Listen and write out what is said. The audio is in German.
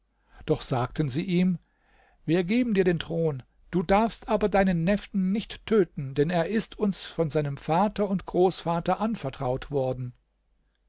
doch sagten sie ihm wir geben dir den thron du darfst aber deinen neffen nicht töten denn er ist uns von seinem vater und großvater anvertraut worden